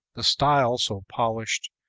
the style so polished,